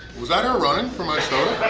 was that her running for my soda?